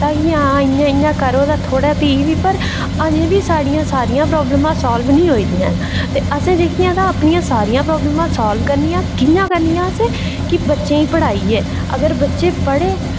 आं इं'या इं'या करो तां भी बी पर अजें बी साढ़ियां सारियां प्रॉब्लमां सॉल्व निं होई दियां न ते असें जेह्कियां तां अपनियां सारियां प्रॉब्लमां जेह्कियां सॉल्व करनियां ते कि'यां करनियां असें की बच्चें गी पढ़ाइयै अगर बच्चे पढ़े